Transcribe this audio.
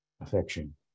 affection